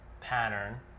pattern